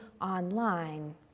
online